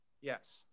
Yes